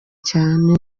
cyane